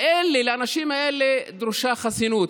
לאלה, לאנשים האלה דרושה חסינות.